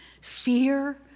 fear